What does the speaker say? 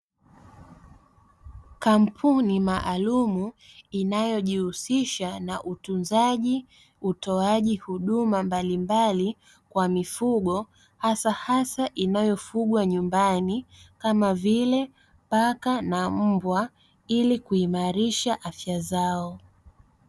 Kampuni maalamu inayojihusisha na utunzaji, utoaji huduma mbalimbali kwa mifugo hasahasa inayofugwa nyumbani, kama vile paka na mbwa ili kuimarisha afya zao.